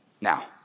Now